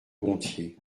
gontier